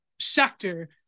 sector